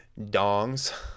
dongs